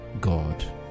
God